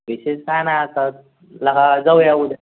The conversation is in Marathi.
विशेष काही नाही आता लेका जाऊ या उद्या